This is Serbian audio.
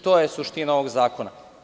To je suština ovog zakona.